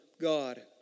God